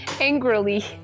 angrily